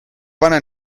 pane